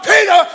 Peter